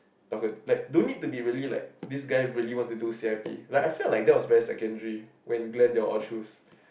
okay don't need to be really like this guy really want to do C_I_P like I feel like that was very secondary when Gran they all choose